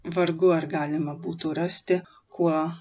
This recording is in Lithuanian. vargu ar galima būtų rasti kuo